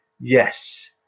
Yes